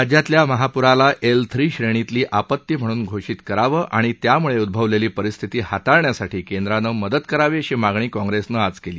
राज्यातल्या महाप्राला L three श्रेणीतली आपती म्हणून घोषित करावं आणि त्याम्ळे उद्भवलेली परिस्थिती हाताळण्यासाठी केंद्रानं मदत करावी अशी मागणी काँग्रेसनं आज केली